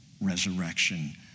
resurrection